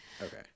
Okay